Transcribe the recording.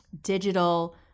digital